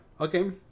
Okay